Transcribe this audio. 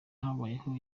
habayeho